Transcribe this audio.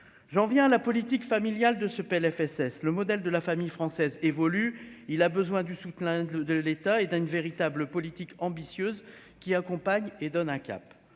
j'en viens à la politique familiale de ce Plfss le modèle de la famille française évolue, il a besoin du soutien de de l'État et à une véritable politique ambitieuse qui accompagne et donne un cap